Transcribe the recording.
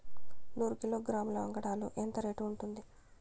నూరు కిలోగ్రాముల వంగడాలు ఎంత రేటు ఉంటుంది?